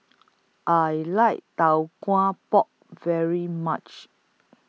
I like Tau Kwa Pau very much